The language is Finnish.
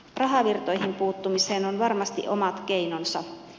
rahavirtoihin puuttumiseen on varmasti omat keinonsa